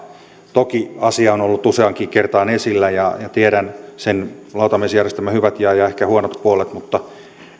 toki asia on on ollut useaankin kertaan esillä ja tiedän sen lautamiesjärjestelmän hyvät ja ehkä huonot puolet mutta